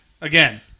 again